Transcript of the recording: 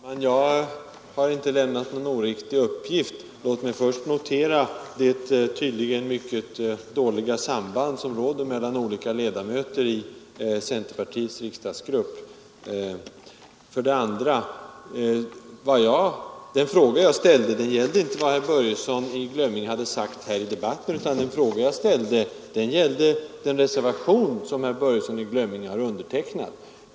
Fru talman! Jag har inte lämnat något oriktig uppgift. Låt mig först notera det tydligen mycket dåliga samband som råder mellan olika ledamöter i centerpartiets riksdagsgrupp. För det andra: den fråga jag ställde gällde inte vad herr Börjesson i Glömminge hade sagt här i debatten utan den reservation som herr Börjesson i Glömminge undertecknat.